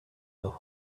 know